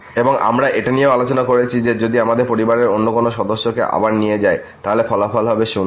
এবং আমরা এটা নিয়েও আলোচনা করেছি যে যদি আমরা পরিবারের অন্য কোন সদস্যকে আবার নিয়ে যাই তাহলে ফলাফল হবে 0